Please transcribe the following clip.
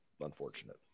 Unfortunate